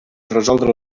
resoldre